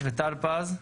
וטל פז?